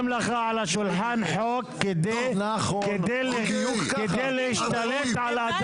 לימור סון הר מלך (עוצמה יהודית): השקר שלכם לא ימשיך להדהד,